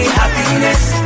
happiness